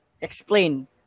Explain